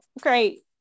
Great